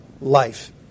life